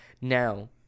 now